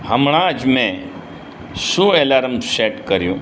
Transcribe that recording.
હમણાં જ મેં શું એલાર્મ સેટ કર્યો